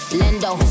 lendo